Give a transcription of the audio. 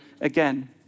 again